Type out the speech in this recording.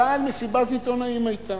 אבל מסיבת עיתונאים היתה.